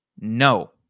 no